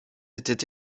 était